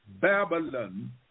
Babylon